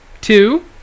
two